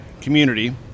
community